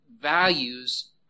values